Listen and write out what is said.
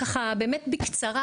באמת בקצרה,